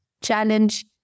challenge